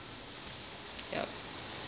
ya